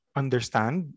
understand